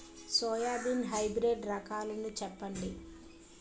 Soybean hybrid రకాలను చెప్పండి?